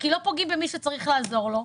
כי לא פוגעים במי שצריכים לעזור לו,